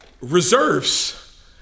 reserves